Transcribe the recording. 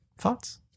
Thoughts